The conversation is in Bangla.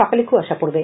সকালে কুয়াশা পডবে